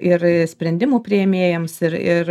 ir sprendimų priėmėjams ir ir